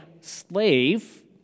slave